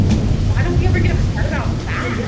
why don't we ever get upset about that?